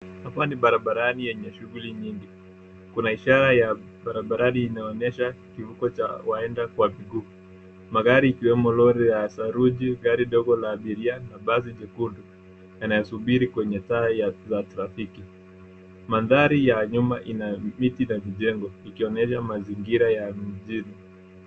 Hapa ni barabarani yenye shughuli nyingi. Kuna ishara ya barabarani inaonyesha kivuko cha waenda kwa miguu. Magari ikiwemo lori ya saruji, gari ndogo na abiria, na basi jekundu, yanayosubiri kwenye taa ya trafiki. Mandhari ya nyuma ina mitii na vijengo, ikionesha mazingira ya mjini.